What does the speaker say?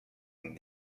bande